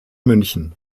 münchen